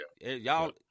Y'all